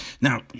now